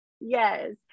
Yes